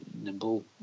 nimble